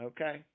Okay